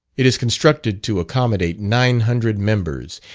it is constructed to accommodate nine hundred members,